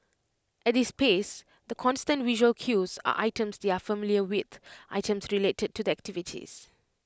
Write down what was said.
at this space the constant visual cues are items they are familiar with items related to the activities